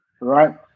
right